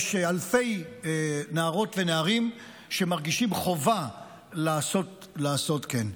יש אלפי נערות ונערים שמרגישים חובה לעשות כן.